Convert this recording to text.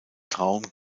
traum